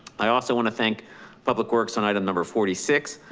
i also want to thank public works on item number forty six,